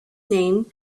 name